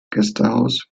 gästehaus